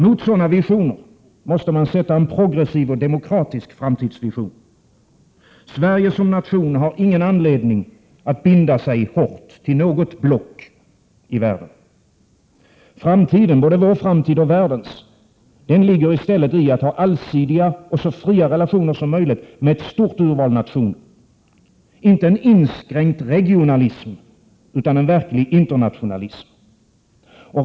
Mot sådana visioner måste man sätta en progressiv och demokratisk framtidsvision. Sverige som nation har ingen anledning att binda sig hårt till något block i världen. Framtiden — både vår framtid och världens — ligger i att ha allsidiga och fria relationer med ett stort urval nationer — inte en inskränkt regionalism, utan en verklig internationalism.